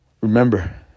Remember